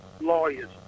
lawyers